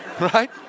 right